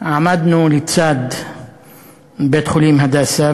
עמדנו לצד בית-חולים "הדסה",